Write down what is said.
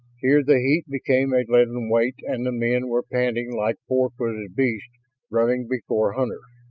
here the heat became a leaden weight and the men were panting like four-footed beasts running before hunters.